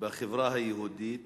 בחברה היהודית